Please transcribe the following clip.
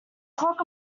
clock